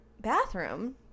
bathroom